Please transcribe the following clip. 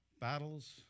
Battles